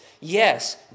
Yes